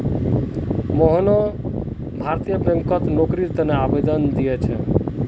मोहन भारतीय बैंकत नौकरीर तने आवेदन दिया छे